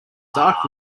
dark